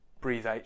Breathe